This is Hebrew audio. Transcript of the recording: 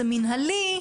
זה מינהלי,